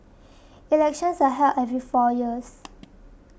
elections are held every four years